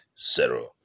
zero